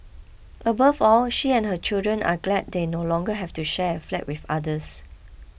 above all she and her children are glad they no longer have to share a flat with others